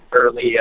early